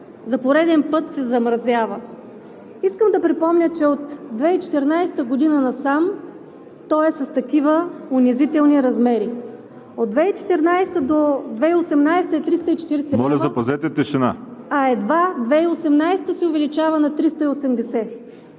за пореден път се замразява. Искам да припомня, че от 2014 г. насам то е с такива унизителни размери. От 2014 г. до 2018 г. е 340 лв., а едва през 2018 г. се увеличава на 380 лв.